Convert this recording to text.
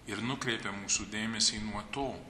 ir nukreipė mūsų dėmesį nuo to